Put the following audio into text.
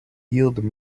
yield